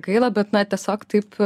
gaila bet na tiesiog taip